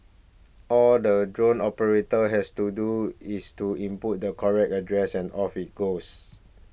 all the drone operator has to do is to input the correct address and off it goes